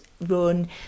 run